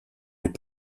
les